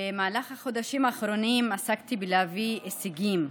במהלך החודשים האחרונים עסקתי בלהביא הישגים,